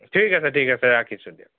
ঠিক আছে ঠিক আছে ৰাখিছোঁ দিয়ক